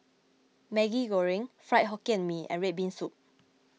Maggi Goreng Fried Hokkien Mee and Red Bean Soup